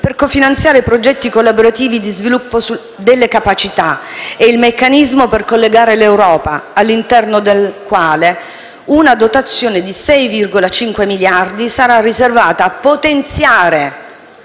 per cofinanziare progetti collaborativi di sviluppo delle capacità e il meccanismo per collegare l'Europa, all'interno del quale una dotazione di 6,5 miliardi sarà riservata a potenziare